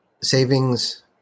savings